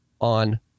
on